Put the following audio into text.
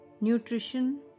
Nutrition